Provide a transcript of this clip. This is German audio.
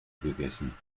gegessen